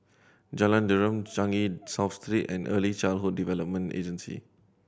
Jalan Derum Changi South Street and Early Childhood Development Agency